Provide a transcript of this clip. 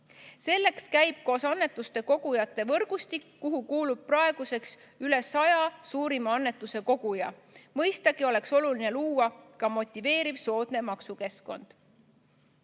Selleks käib koos annetuste kogujate võrgustik, kuhu kuulub praeguseks üle 100 suurima annetuste koguja. Mõistagi oleks oluline luua ka motiveeriv soodne maksukeskkond.Me